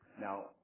Now